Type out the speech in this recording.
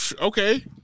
okay